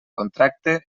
contracte